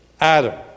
Adam